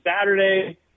Saturday